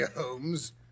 Holmes